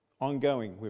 ongoing